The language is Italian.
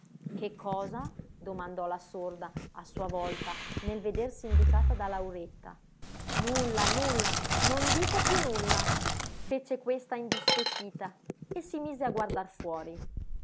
che cosa domandò la sorda a sua volta nel vedersi indicata da lauretta nulla nulla non dico piú nulla fece questa indispettita e si mise a guardar fuori